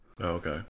Okay